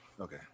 Okay